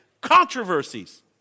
controversies